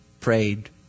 prayed